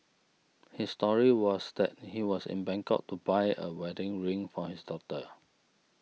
his story was that he was in Bangkok to buy a wedding ring for his daughter